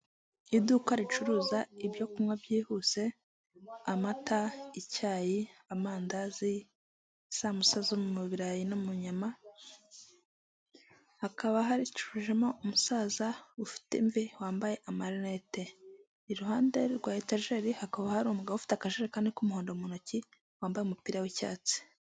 Inzu y'ubucuruzi igereretse inshuro zirenze eshatu, ikorerwamo ubucuruzi bugiye butandukanye aho bakodeshereza amakositimu n'amakanzu y'ubukwe, ndetse n'ibindi bicuruzwa bigiye bitandukanye.